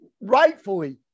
rightfully